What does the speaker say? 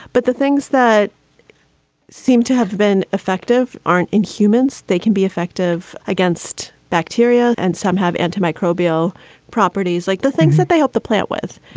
but the things that seem to have been effective aren't in humans. they can be effective against bacteria. and some have antimicrobial properties like the things that they up the plant with.